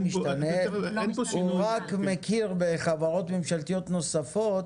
הוא רק מכיר בחברות ממשלתיות נוספות